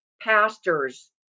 pastors